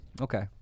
Okay